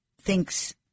thinks